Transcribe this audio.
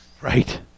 Right